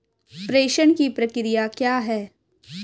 प्रेषण की प्रक्रिया क्या है?